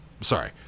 Sorry